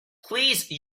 please